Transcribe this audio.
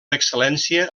excel·lència